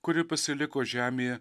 kuri pasiliko žemėje